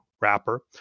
wrapper